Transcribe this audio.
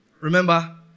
Remember